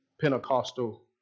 Pentecostal